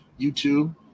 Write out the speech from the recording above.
YouTube